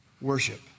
Worship